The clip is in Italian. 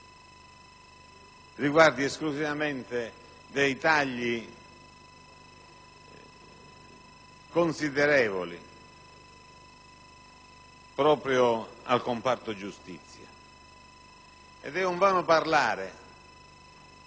contempli esclusivamente dei tagli considerevoli proprio al comparto giustizia. È, quindi, un vano parlare